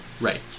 Right